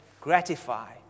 gratify